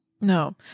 No